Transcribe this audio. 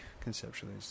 Conceptually